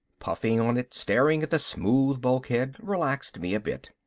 puffing on it, staring at the smooth bulkhead, relaxed me a bit.